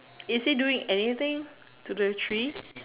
is he doing anything to the tree